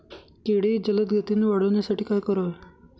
केळी जलदगतीने वाढण्यासाठी काय करावे?